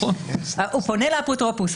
הוא פונה לאפוטרופוס,